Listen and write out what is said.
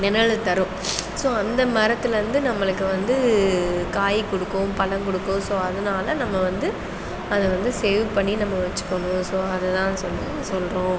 நிழலு தரும் சோ அந்த மரத்துலேருந்து நம்மளுக்கு வந்து காய் கொடுக்கும் பழம் கொடுக்கும் சோ அதனால நம்ம வந்து அதை வந்து சேவ் பண்ணி நம்ம வச்சுக்கணும் சோ அதெலாம் சொல்லி சொல்கிறோம்